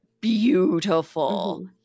beautiful